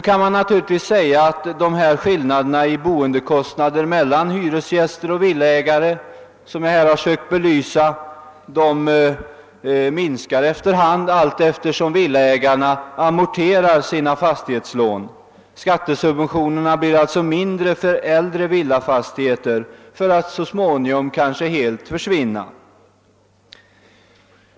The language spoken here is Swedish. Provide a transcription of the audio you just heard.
Man kan naturligtvis invända att de skillnader i boendekostnader för hyresgäster och villaägare, som jag här har försökt belysa, minskar efter hand som villaägarna amorterar sina fastighetslån. Skattesubventionerna blir alltså mindre för äldre villafastigheter för att så småningom kanske helt försvinna.